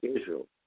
Israel